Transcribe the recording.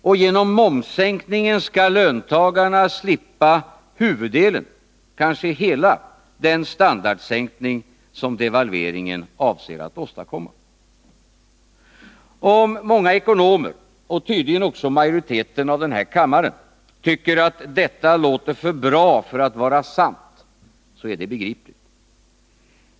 Och genom momssänkningen skall löntagarna slippa huvuddelen av, kanske hela, den standardsänkning som devalveringen avser att åstadkomma. Om många ekonomer — och tydligen också majoriteten av denna kammare — tycker att detta låter för bra för att vara sant, är det begripligt.